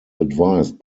advised